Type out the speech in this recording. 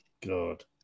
god